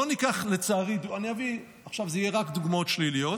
לצערי, עכשיו יהיו רק דוגמאות שליליות.